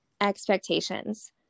expectations